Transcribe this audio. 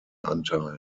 anteil